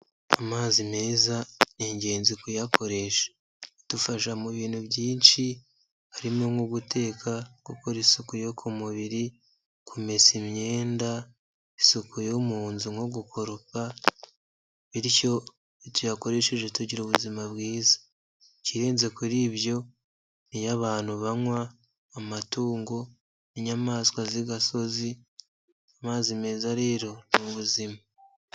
Amazi meza ni ingenzi kuyakoresha, adufasha mu bintu byinshi, harimo nko guteka, gukora isuku yo ku mubiri, kumesa imyenda ,isuku yo mu nzu nko gukoropa, bityo iyo tuyakoresheje tugire ubuzima bwiza .Ikirenze kuri ibyo ni yo abantu banywa, amatungo, inyamaswa z'igasoza, amazi meza rero ni ubuzima.